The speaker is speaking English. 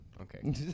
Okay